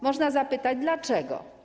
Można zapytać: Dlaczego?